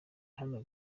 hano